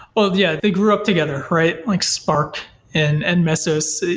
well yeah, they grew up together, right? like spark and and mesos.